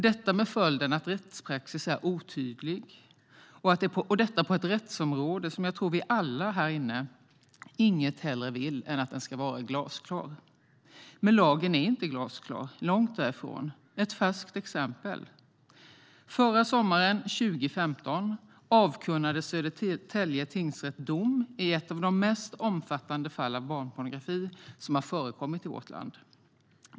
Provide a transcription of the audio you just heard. Detta har följden att rättspraxis är otydlig - och det på ett rättsområde där jag tror att vi alla här inne inget hellre vill än att allt ska vara glasklart. Lagen är dock inte glasklar - långt därifrån. Ett färskt exempel är att Södertälje tingsrätt förra sommaren, 2015, avkunnade en dom i ett av de mest omfattande fall av barnpornografi som har förekommit i vårt land.